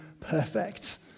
perfect